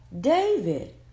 David